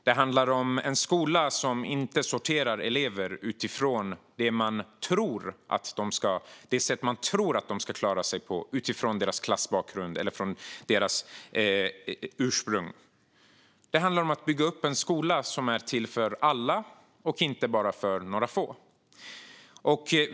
Det handlar om en skola som inte sorterar elever utifrån det sätt man tror att de ska klara sig på utifrån deras klassbakgrund eller ursprung. Det handlar om att bygga upp en skola som är till för alla och inte bara för några få.